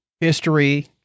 history